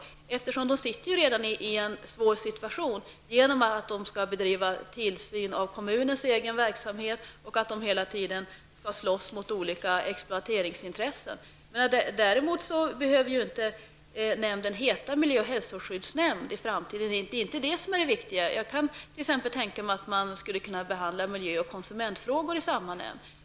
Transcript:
De befinner sig ju redan i en svår situation genom att de skall bedriva tillsyn av kommunens egen verksamhet och att de hela tiden skall slåss mot olika exploateringsintressen. Däremot behöver nämnden i framtiden inte heta miljö och hälsoskyddsnämnden. Det är inte det som är det viktiga. Jag kan t.ex. tänka mig att man behandlar miljö och konsumentfrågor i samma nämnd.